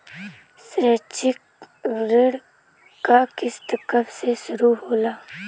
शैक्षिक ऋण क किस्त कब से शुरू होला?